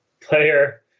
player